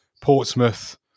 Portsmouth